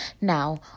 Now